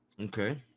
Okay